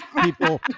people